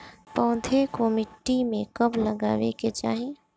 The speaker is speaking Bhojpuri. पौधे को मिट्टी में कब लगावे के चाही?